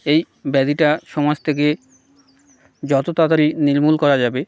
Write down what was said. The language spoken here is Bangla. এই ব্যাধিটা সমাজ থেকে যত তাড়াতাড়ি নির্মূল করা যাবে